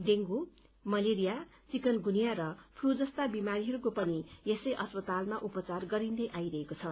dengue malaria chikungunya र flu जस्ता विमारीहरूको पनि यसै अपस्तालमा उचार गरिन्दै आइरहेको छ